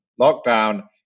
lockdown